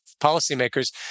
policymakers